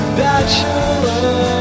bachelor